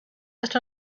that